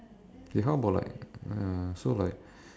it's not about like uh so like